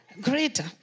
greater